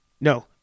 No